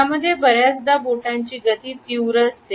यामध्ये बर्याचदा बोटांची गती तीव्र असते